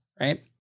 right